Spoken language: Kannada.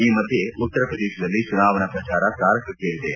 ಈ ಮಧ್ಯೆ ಉತ್ತರಪ್ರದೇಶದಲ್ಲಿ ಚುನಾವಣಾ ಪ್ರಜಾರ ತಾರಕಕ್ಕೇರಿದೆ